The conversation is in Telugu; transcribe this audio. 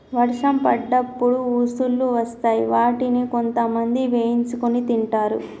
వర్షం పడ్డప్పుడు ఉసుల్లు వస్తాయ్ వాటిని కొంతమంది వేయించుకొని తింటరు